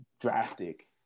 drastic